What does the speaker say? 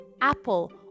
Apple